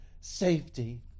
safety